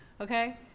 Okay